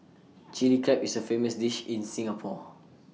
Chilli Crab is A famous dish in Singapore